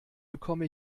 bekomme